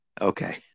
Okay